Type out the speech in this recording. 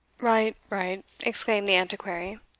right, right, exclaimed the antiquary.